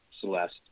Celeste